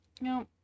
no